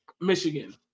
Michigan